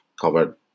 covered